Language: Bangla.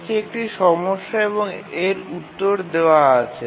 নীচে একটি সমস্যা এবং এর উত্তর দেওয়া আছে